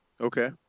okay